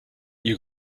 you